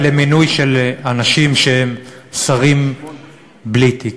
ולמינוי אנשים שהם שרים בלי תיק.